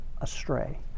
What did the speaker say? astray